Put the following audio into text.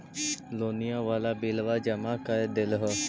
लोनिया वाला बिलवा जामा कर देलहो?